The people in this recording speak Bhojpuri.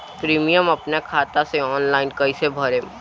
प्रीमियम अपना खाता से ऑनलाइन कईसे भरेम?